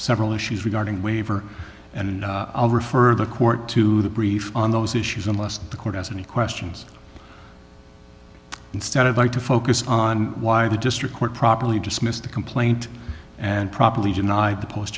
several issues regarding waiver and i'll refer the court to the briefs on those issues unless the court has any questions instead of i to focus on why the district court properly dismissed the complaint and properly denied the post